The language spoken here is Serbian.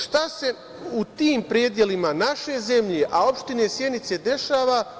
Šta se u tim predelima naše zemlje, a opštine Sjenice dešava?